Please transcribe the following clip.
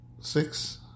six